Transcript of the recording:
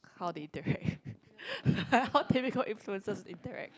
how they interact like how typical influencers interact